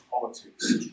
politics